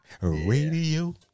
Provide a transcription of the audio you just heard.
radio